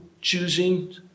choosing